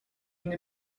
n’ai